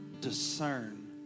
discern